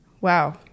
Wow